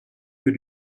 que